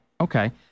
Okay